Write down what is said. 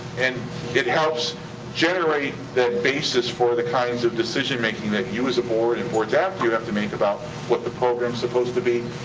and it helps generate that basis for the kinds of decision making that you as a board and boards after you have to make about what the program's supposed to be,